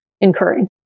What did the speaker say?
incurring